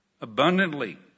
abundantly